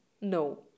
no